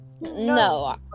No